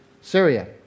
Syria